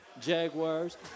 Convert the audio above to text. Jaguars